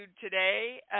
today